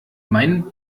mein